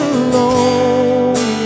alone